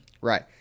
right